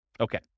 okay